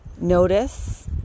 notice